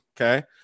Okay